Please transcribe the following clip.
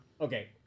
okay